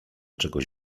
czegoś